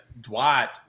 Dwight